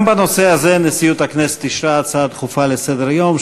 גם בנושא הזה נשיאות הכנסת אישרה הצעה דחופה לסדר-היום,